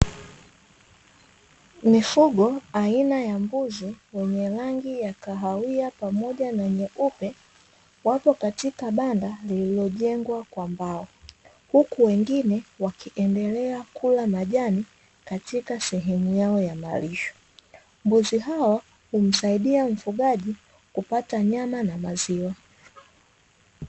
Mifugo aina ya mbuzi wenye rangi ya kahawia pamoja na nyeupe, wapo katika banda lililojengwa kwa mbao, huku wengine wakiendelea kula majani katika sehemu yao ya malisho. Mbuzi hao humsaidia mfugaji kupata nyama na maziwa.